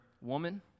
Woman